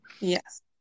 yes